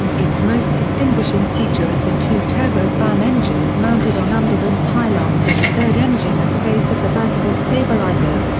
its most distinguishing feature is the two turbofan engines mounted on underwing pylons and a third engine at the base of the vertical stabilizer.